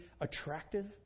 attractive